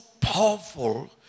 powerful